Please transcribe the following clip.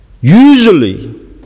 usually